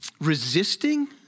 resisting